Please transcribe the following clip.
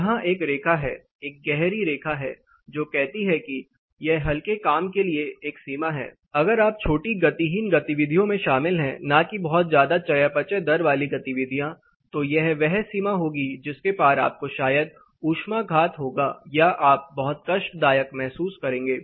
यहाँ एक रेखा है एक गहरी रेखा है जो कहती है कि यह हल्के काम के लिए एक सीमा है अगर आप छोटी गतिहीन गतिविधियों में शामिल हैं न की बहुत ज्यादा चयापचय दर वाली गतिविधियां तो यह वह सीमा होगी जिसके पार आपको शायद ऊष्माघात होगा या आप बहुत कष्टदायक महसूस करेंगे